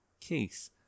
case